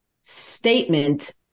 statement